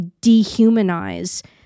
dehumanize